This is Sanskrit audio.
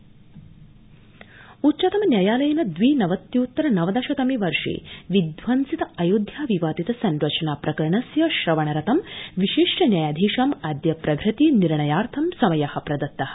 उच्चतम न्यायालय उच्चतम न्यायालयेन दवि नवत्यृत्तर नवदश तमे वर्षे विध्वंसित अयोध्या विवादित संरचना प्रकरणस्य श्रवणरतं विशिष्ट न्यायाधीशम् अद्य प्रभृति निर्णयार्थ समय प्रदत्तः